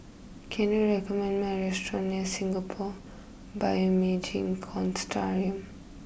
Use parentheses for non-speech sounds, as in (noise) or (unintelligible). can you recommend me a restaurant near Singapore Bioimaging (unintelligible)